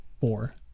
four